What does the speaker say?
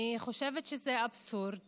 אני חושבת שזה אבסורד